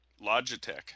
Logitech